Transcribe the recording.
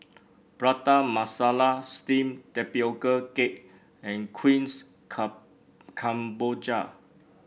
Prata Masala steamed Tapioca Cake and kuihs kemboja